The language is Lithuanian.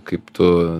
kaip tu